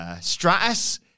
Stratus